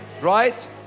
Right